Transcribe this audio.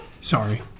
Sorry